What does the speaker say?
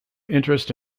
interest